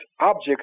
object